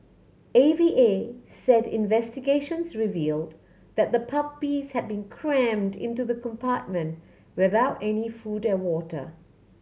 A V A said investigations revealed that the puppies have been crammed into the compartment without any food and water